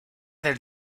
del